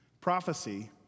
prophecy